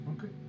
Okay